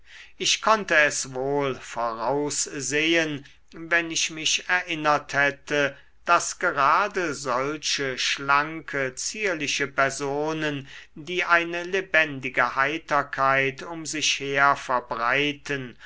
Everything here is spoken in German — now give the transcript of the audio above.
ich konnte es wohl voraussehen wenn ich mich erinnert hätte daß gerade solche schlanke zierliche personen die eine lebendige heiterkeit um sich her verbreiten